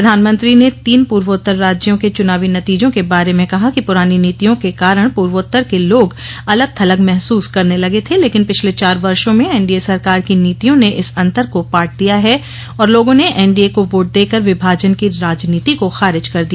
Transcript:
प्रधानमंत्री ने तीन पूर्वोत्तर राज्यों के चुनावी नतीजों के बारे में कहा कि पुरानी नीतियों के कारण पूर्वोत्तर के लोग अलग थलग महसूस करने लगे थे लेकिन पिछले चार वर्षों में एनडीए सरकार की नीतियों ने इस अंतर को पाट दिया है और लोगों ने एनडीए को वोट देकर विभाजन की राजनीति को खारिज कर दिया